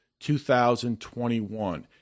2021